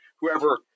whoever